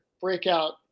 breakout